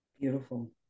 Beautiful